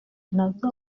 nazo